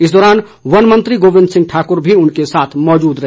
इस दौरान वन मंत्री गोविंद सिंह ठाकुर भी उनके साथ मौजूद रहे